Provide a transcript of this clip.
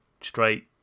straight